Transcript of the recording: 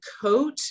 coat